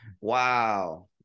Wow